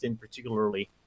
particularly